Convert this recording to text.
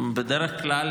בדרך כלל,